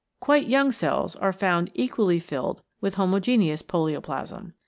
quite young cells are found equally filled with homogeneous polio plasm.